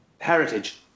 heritage